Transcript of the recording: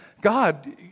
God